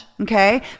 Okay